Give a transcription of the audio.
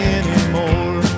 anymore